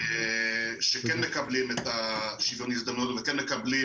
שכן מקבלים את שוויון ההזדמנויות וכן מקבלים